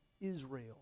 Israel